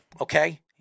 okay